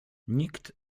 nikt